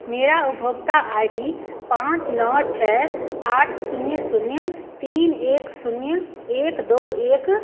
मेरी उपभोक्ता I D पाँच नौ छः आठ शून्य शून्य तीन एक शून्य एक दो एक